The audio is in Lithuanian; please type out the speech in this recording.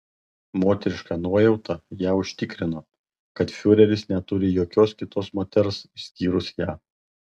moteriška nuojauta ją užtikrino kad fiureris neturi jokios kitos moters išskyrus ją